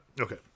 Okay